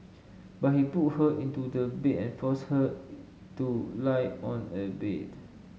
but he pulled her into the bed and forced her to lie on a bed